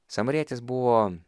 samarietis buvo